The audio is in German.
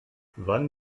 wann